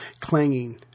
clanging